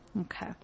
Okay